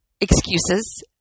excuses